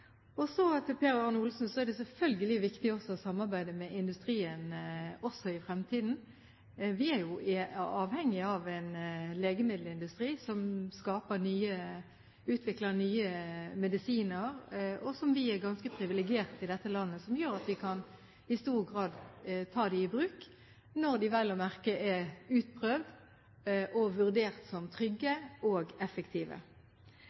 Så til Per Arne Olsen. Det er selvfølgelig viktig å samarbeide med industrien også i fremtiden. Vi er avhengige av en legemiddelindustri som utvikler nye medisiner, og vi er ganske privilegerte i dette landet, noe som gjør at vi i stor grad kan ta dem i bruk, vel å merke når de er utprøvd og vurdert som